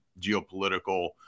geopolitical